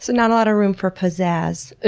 so not a lot of room for pizzazz. ah